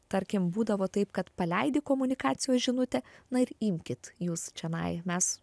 tarkim būdavo taip kad paleidi komunikacijos žinutę na ir imkit jūs čionai mes